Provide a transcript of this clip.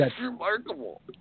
remarkable